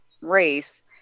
race